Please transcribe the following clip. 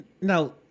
Now